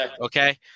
Okay